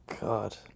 God